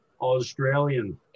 Australian